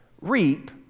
reap